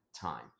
time